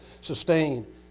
sustain